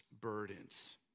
burdens